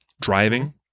driving